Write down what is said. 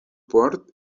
port